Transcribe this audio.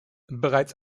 bereits